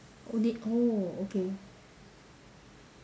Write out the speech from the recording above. did oh okay